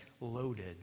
loaded